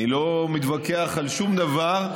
אני לא מתווכח על שום דבר.